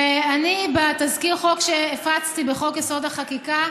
ואני, בתזכיר החוק שהפצתי בחוק-יסוד: החקיקה,